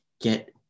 get